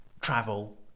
travel